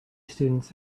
students